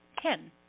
Ten